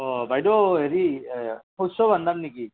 অঁ বাইদেউ হেৰি শস্য ভাণ্ডাৰ নেকি